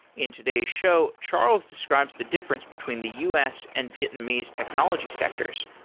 in today's show, charles describes the difference between the u s. and vietnamese technology sectors,